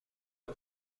بهم